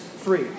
free